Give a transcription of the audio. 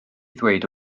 ddeud